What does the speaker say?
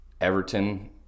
Everton